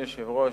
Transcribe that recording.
אדוני היושב-ראש,